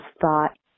thought